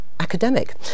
academic